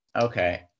Okay